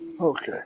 Okay